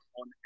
on